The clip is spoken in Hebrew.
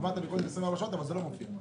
אמרתם שתוך 24 שעות אבל זה לא מופיע במכתב השר.